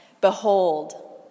Behold